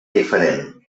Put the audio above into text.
diferent